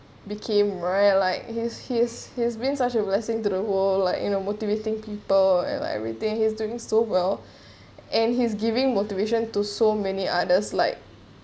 became right like he's he's he's been such a blessing to the world like you know motivating people and like everything he's doing so well and he's giving motivation to so many others like